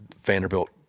Vanderbilt